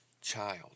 child